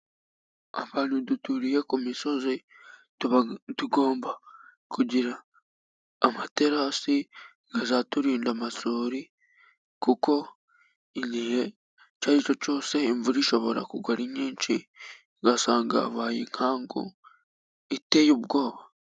Abantu duturiye ku misozi tuba tugomba kugira amaterasi azaturinda amasuri, kuko igihe icyo aricyo cyose imvura ishobora kugwa nyinshi, ugasanga habaye inkangu iteye ubwoba.